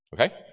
Okay